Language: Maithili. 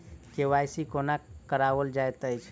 के.वाई.सी कोना कराओल जाइत अछि?